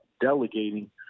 delegating